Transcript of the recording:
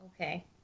Okay